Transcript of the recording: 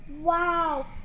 Wow